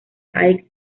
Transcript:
aix